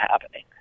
happening